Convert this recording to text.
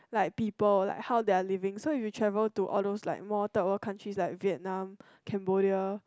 like people like how their living so if your travel to all those like more third world countries like Vietnam Cambodia